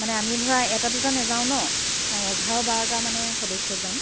মানে আমি ধৰা এটা দুটা নাযাওঁ ন এঘাৰ বাৰটা মানে সদস্য যাম